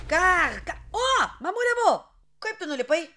kar o mamule mū kaip nulipai